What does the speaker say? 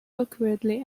awkwardly